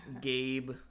gabe